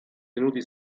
tenuti